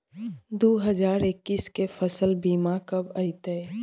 दु हजार एक्कीस के फसल बीमा कब अयतै?